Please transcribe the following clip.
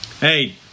Hey